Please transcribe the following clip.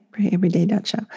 prayeveryday.show